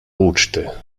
uczty